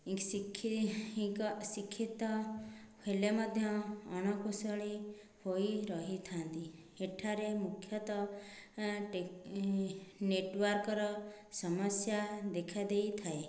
ଶିକ୍ଷିତ ହେଲେ ମଧ୍ୟ ଅଣକୁଶଳୀ ହୋଇ ରହିଥାନ୍ତି ଏଠାରେ ମୁଖ୍ୟତଃ ନେଟ୍ୱାର୍କ୍ର ସମସ୍ୟା ଦେଖା ଦେଇଥାଏ